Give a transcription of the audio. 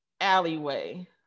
alleyway